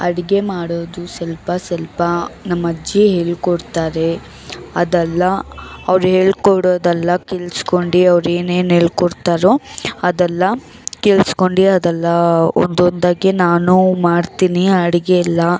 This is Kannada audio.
ಅಡುಗೆ ಮಾಡೋದು ಸ್ವಲ್ಪ ಸ್ವಲ್ಪ ನಮ್ಮಜ್ಜಿ ಹೇಳ್ಕೊಡ್ತಾರೆ ಅದೆಲ್ಲ ಅವ್ರು ಹೇಳ್ಕೊಡೋದೆಲ್ಲ ಕೇಳ್ಸ್ಕೊಂಡು ಅವ್ರೇನೇನು ಹೇಳ್ಕೊಡ್ತಾರೋ ಅದೆಲ್ಲ ಕೇಳ್ಸ್ಕೊಂಡು ಅದೆಲ್ಲ ಒಂದೊಂದಾಗಿ ನಾನು ಮಾಡ್ತೀನಿ ಅಡುಗೆಯೆಲ್ಲ